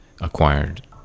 acquired